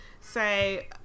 Say